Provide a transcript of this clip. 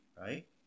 right